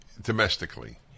domestically